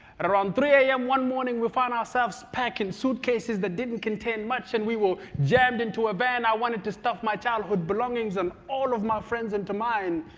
and around three am one morning, we find ourselves packing suitcases that didn't contain much and we were jammed into a van. i wanted to stuff my childhood belongings and all of my friends into mine.